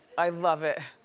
i love it.